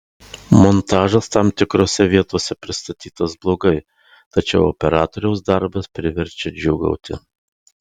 montažas tam tikrose vietose pristatytas blogai tačiau operatoriaus darbas priverčia džiūgauti